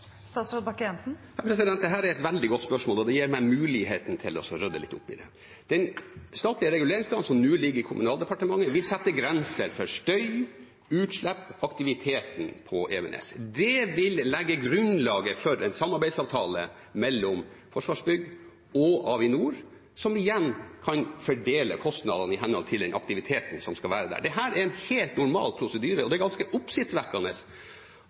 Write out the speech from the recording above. er et veldig godt spørsmål, og det gir meg muligheten til å rydde litt opp i det. Den statlige reguleringsplanen, som nå ligger i Kommunaldepartementet, vil sette grenser for støy, utslipp og aktiviteten på Evenes. Det vil legge grunnlaget for en samarbeidsavtale mellom Forsvarsbygg og Avinor, som igjen kan fordele kostnadene i henhold til den aktiviteten som skal være der. Dette er en helt normal prosedyre. Det er ganske oppsiktsvekkende